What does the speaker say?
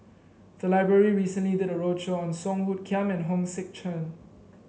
the library recently did a roadshow on Song Hoot Kiam and Hong Sek Chern